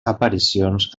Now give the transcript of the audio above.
aparicions